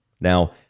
Now